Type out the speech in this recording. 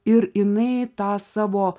ir jinai tą savo